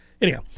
anyhow